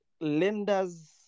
lenders